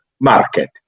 market